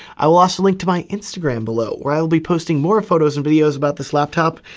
i will also link to my instagram below where i will be posting more photos and videos about this laptop,